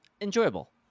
enjoyable